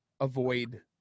avoid